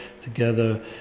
together